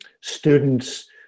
students